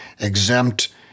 exempt